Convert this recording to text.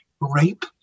rape